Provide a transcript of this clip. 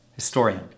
historian